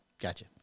Gotcha